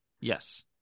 Yes